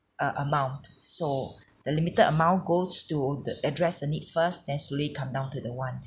uh amount so the limited amount goes to the address the needs first then slowly come down to the want